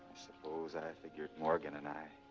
suppose and i figured morgan and i.